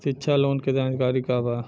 शिक्षा लोन के जानकारी का बा?